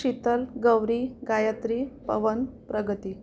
शीतल गौरी गायत्री पवन प्रगती